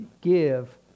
give